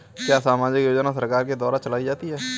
क्या सामाजिक योजना सरकार के द्वारा चलाई जाती है?